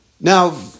Now